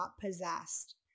possessed